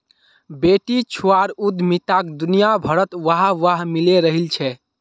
बेटीछुआर उद्यमिताक दुनियाभरत वाह वाह मिले रहिल छे